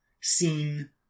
seen